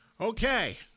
Okay